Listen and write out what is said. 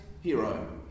hero